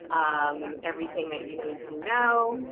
um, everything that you need to know,